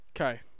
Okay